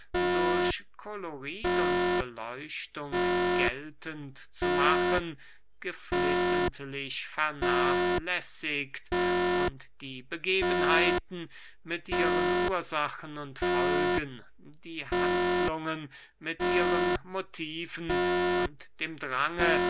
durch kolorit und beleuchtung geltend zu machen geflissentlich vernachlässigt und die begebenheiten mit ihren ursachen und folgen die handlungen mit ihren motiven und dem drange